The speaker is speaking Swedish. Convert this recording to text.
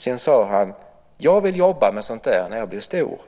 Sedan sade han: Jag vill jobba med sådant där när jag blir stor!